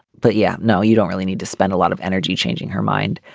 but yeah no you don't really need to spend a lot of energy changing her mind.